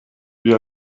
wie